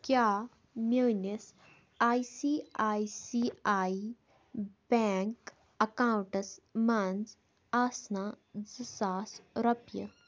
کیٛاہ میٲنِس I C I C I bank اکاونٹَس منٛز آسنا زٕ ساس رۄپیہِ